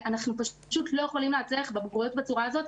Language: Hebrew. אנחנו פשוט לא יכולים להצליח בבגרויות בצורה הזאת,